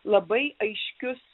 labai aiškius